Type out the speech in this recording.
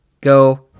go